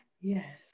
yes